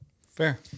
Fair